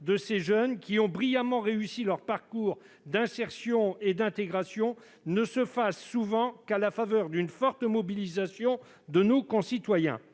de ces jeunes, qui ont brillamment réussi leur parcours d'insertion et d'intégration, ne se fasse souvent qu'à la faveur d'une forte mobilisation de nos concitoyens.